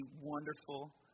wonderful